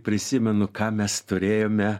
prisimenu ką mes turėjome